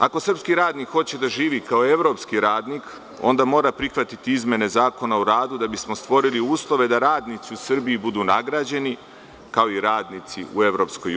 Ako srpski radnik hoće da živi kao evropski radnik onda mora prihvatiti izmene Zakona o radu da bismo stvorili uslove da radnici u Srbiji budu nagrađeni, kao i radnici u EU.